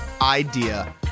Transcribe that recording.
idea